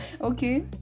Okay